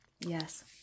Yes